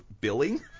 billing